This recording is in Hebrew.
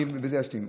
אני בזה אשלים.